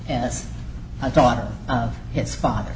as a daughter of his father